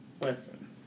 Listen